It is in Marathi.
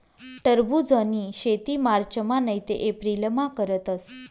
टरबुजनी शेती मार्चमा नैते एप्रिलमा करतस